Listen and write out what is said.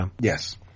Yes